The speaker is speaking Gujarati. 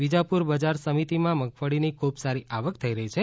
વિજાપુર બજાર સમિતીમાં મગફળીના ખૂબ સારી આવક થઈ રહી છે